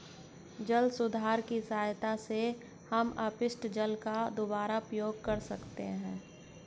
जल सुधार की सहायता से हम अपशिष्ट जल का दुबारा उपयोग कर सकते हैं